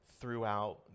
throughout